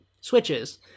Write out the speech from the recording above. switches